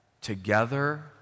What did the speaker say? Together